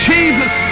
Jesus